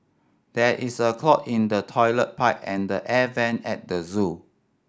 there is a clog in the toilet pipe and the air vent at the zoo